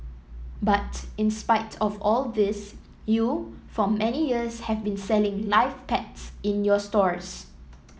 but in spite of all of this you for many years have been selling live pets in your stores